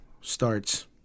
starts